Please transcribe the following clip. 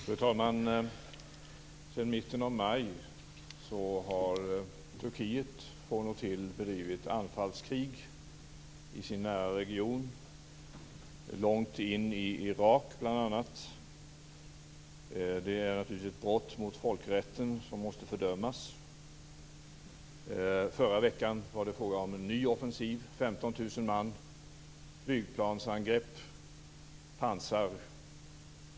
Fru talman! Sedan mitten av maj har Turkiet från och till bedrivit anfallskrig i sin närregion, bl.a. långt in i Irak. Det är naturligtvis ett brott mot folkrätten som måste fördömas. Förra veckan var det fråga om en ny offensiv med 15 000 man, flygplansangrepp och pansarfordon.